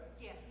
Yes